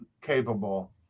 capable